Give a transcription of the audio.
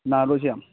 ꯀꯅꯥꯅꯣ ꯁꯦ